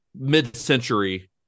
mid-century